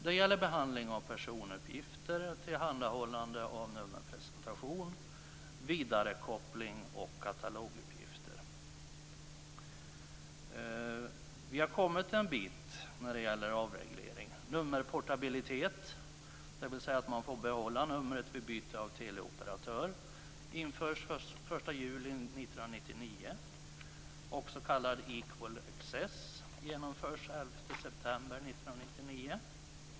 Det gäller behandling av personuppgifter, tillhandahållande av nummerpresentation, vidarekoppling och kataloguppgifter. Vi har kommit en bit när det gäller avreglering.